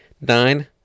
nine